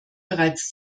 bereits